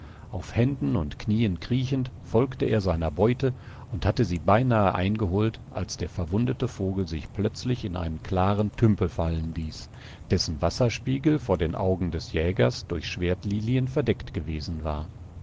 auf händen und knien kriechend folgte er seiner beute und hatte sie beinahe eingeholt als der verwundete vogel sich plötzlich in einen klaren tümpel fallen ließ dessen wasserspiegel vor den augen des jägers durch schwertlilien verdeckt gewesen war